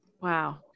Wow